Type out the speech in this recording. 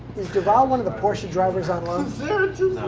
is duval one of the porsche drivers on loan?